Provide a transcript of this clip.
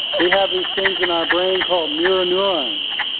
we have these things in our brain called mirror neurons,